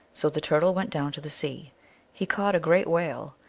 so the turtle went down to the sea he caught a great whale,